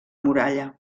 muralla